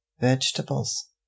vegetables